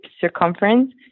circumference